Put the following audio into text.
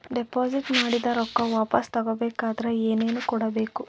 Deposit ಮಾಡಿದ ರೊಕ್ಕ ವಾಪಸ್ ತಗೊಬೇಕಾದ್ರ ಏನೇನು ಕೊಡಬೇಕು?